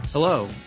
Hello